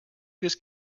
this